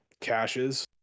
caches